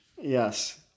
Yes